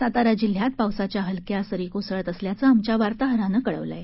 सातारा जिल्ह्यात पावसाच्या हलक्या सरी कोसळत असल्याचं आमच्या वार्ताहरानं कळवलं आहे